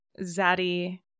Zaddy